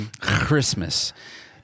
Christmas